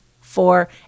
four